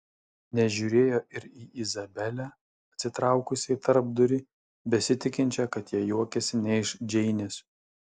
nežiūrėjo ir į izabelę atsitraukusią į tarpdurį besitikinčią kad jie juokiasi ne iš džeinės